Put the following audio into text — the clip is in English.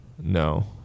No